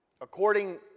According